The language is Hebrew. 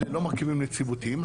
אלה לא מרכיבים נציבותיים.